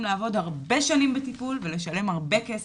לעבור הרבה שנים בטיפול ולשלם הרבה כסף,